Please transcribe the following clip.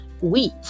wheat